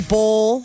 Bowl